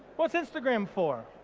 what's instagram for?